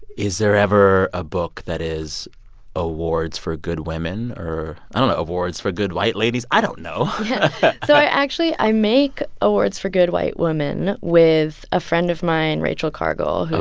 is there ever a book that is awards for good women or i don't know, awards for good white ladies? i don't know so i actually i make awards for good white women with a friend of mine, rachel cargle, who's.